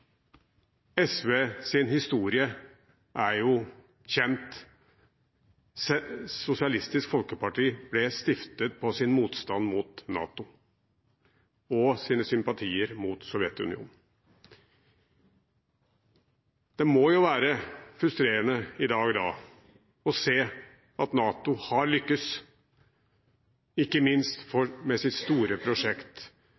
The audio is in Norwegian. historie er jo kjent. Sosialistisk Folkeparti ble stiftet på sin motstand mot NATO og sine sympatier med Sovjetunionen. Da må det jo være frustrerende i dag å se at NATO har lyktes, ikke minst